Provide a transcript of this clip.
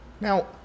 Now